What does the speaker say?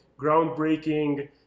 groundbreaking